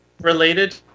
related